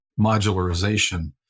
modularization